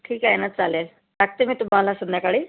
ठीक आहे ना चालेल टाकते मी तुम्हाला संध्याकाळी